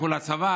לכו לצבא.